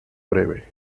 breve